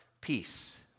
Peace